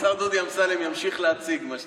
השר דודי אמסלם ימשיך להציג, מה שנקרא.